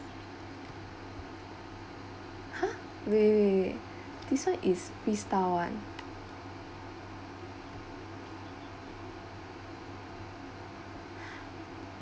!huh! wait wait wait this one is freestyle one